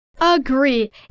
Agree